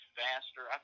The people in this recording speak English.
faster